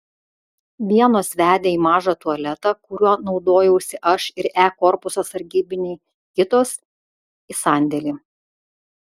vienos vedė į mažą tualetą kuriuo naudojausi aš ir e korpuso sargybiniai kitos į sandėlį